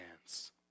hands